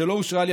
שלא אושרה לי,